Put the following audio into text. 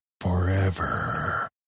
forever